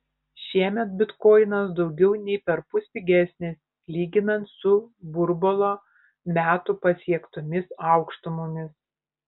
šiemet bitkoinas daugiau nei perpus pigesnis lyginant su burbulo metu pasiektomis aukštumomis